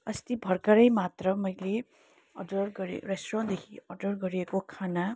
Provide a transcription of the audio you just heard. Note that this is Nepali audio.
अस्ति भर्खरै मात्र मैले अर्डर गरेँ रेस्टुरेन्टदेखि अर्डर गरिएको खाना